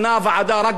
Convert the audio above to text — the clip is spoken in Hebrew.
כי לא היה לו זמן,